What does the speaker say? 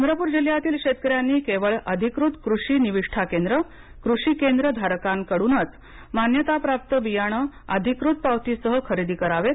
चंद्रपूर जिल्ह्यातील शेतकऱ्यांनी केवळ अधिकृत कृषी निविष्ठा केंद्र कृषी केंद्र धारकाकडूनच मान्यताप्राप्त बियाणे अधिकृत पावतीसह खरेदी करावेत